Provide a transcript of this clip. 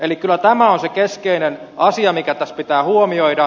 eli kyllä tämä on se keskeinen asia mikä tässä pitää huomioida